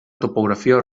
topografia